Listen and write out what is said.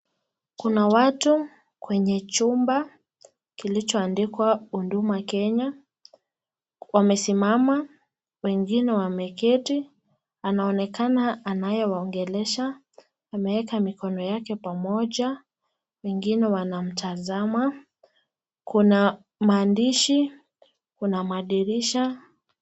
Kuna watu kwenye chumba kilichoandikwa huduma Kenya. Wamesimama, wengine wameketi. Anaonekana anayewaongeelesha ameweka mikono yake pamoja. Wengine wanamtazama. Kuna maandishi, kuna madirisha.